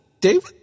David